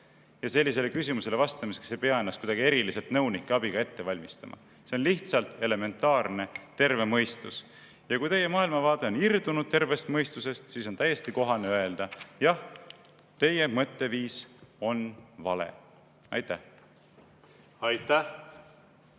ja sellisele küsimusele vastamiseks ei pea ennast kuidagi eriliselt nõunike abiga ette valmistama. See on lihtsalt elementaarne, terve mõistus. Ja kui teie maailmavaade on irdunud tervest mõistusest, siis on täiesti kohane öelda: jah, teie mõtteviis on vale! Aitäh! Aitäh!